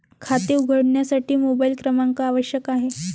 खाते उघडण्यासाठी मोबाइल क्रमांक आवश्यक आहे